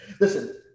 Listen